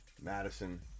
Madison